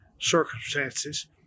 circumstances